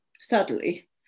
Sadly